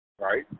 Right